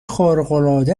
خارقالعاده